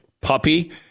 puppy